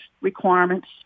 requirements